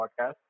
podcast